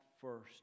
first